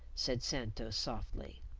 said santos softly.